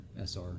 SR